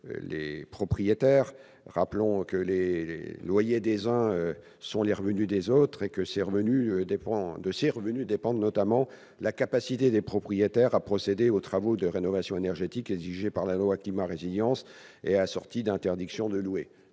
des propriétaires. Rappelons que les loyers des uns sont les revenus des autres et que de ces revenus dépend notamment la capacité des propriétaires à procéder aux travaux de rénovation énergétique exigés par la loi Climat et résilience et assortis d'interdiction de louer.